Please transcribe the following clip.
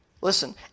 Listen